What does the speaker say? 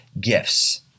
gifts